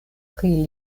pri